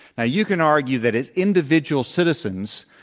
now you can argue that as individual citizens,